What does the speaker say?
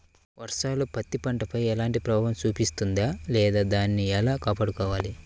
వర్షాలు పత్తి పంటపై ఎలాంటి ప్రభావం చూపిస్తుంద లేదా దానిని ఎలా కాపాడుకోవాలి?